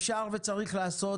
אפשר וצריך לעשות